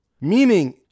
Meaning